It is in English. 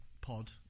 pod